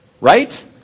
Right